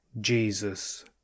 jesus